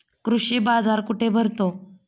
कृषी बाजार कुठे भरतो?